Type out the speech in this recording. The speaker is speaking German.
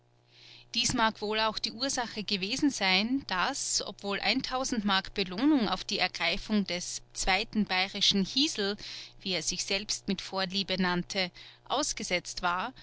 dies mag wohl auch die ursache che gewesen sein daß obwohl m belohnung auf die ergreifung des zweiten bayerschen hiesel wie er sich selbst mit vorliebe nannte ausgesetzt war